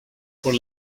por